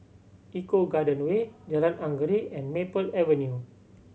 Eco Garden Way Jalan Anggerek and Maple Avenue